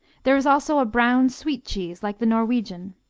there is also a brown sweet cheese, like the norwegian.